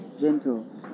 Gentle